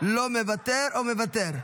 לא מוותר או מוותר?